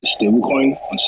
stablecoin